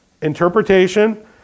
interpretation